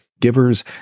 givers